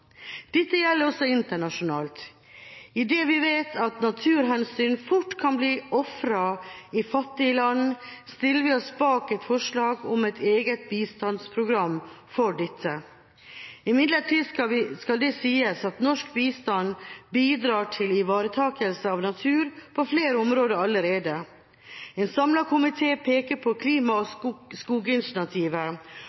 Dette gjelder også internasjonalt. Idet vi vet at naturhensyn fort kan bli ofret i fattige land, stiller vi oss bak et forslag om et eget bistandsprogram for dette. Imidlertid skal det sies at norsk bistand bidrar til ivaretakelse av natur på flere områder allerede. En samlet komité peker på klima- og